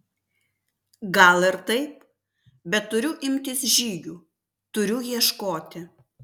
gal ir taip bet turiu imtis žygių turiu ieškoti